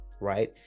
right